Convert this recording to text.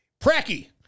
Pracky